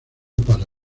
para